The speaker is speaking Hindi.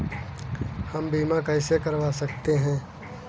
हम बीमा कैसे करवा सकते हैं?